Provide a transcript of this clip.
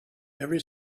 every